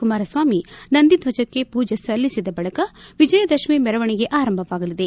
ಕುಮಾರಸ್ವಾಮಿ ನಂದಿಧ್ವಜಕ್ಕೆ ಮೂಜೆ ಸಲ್ಲಿಸಿದ ಬಳಿಕ ವಿಜಯದಶಮಿ ಮೆರವಣಿಗೆ ಆರಂಭವಾಗಲಿದೆ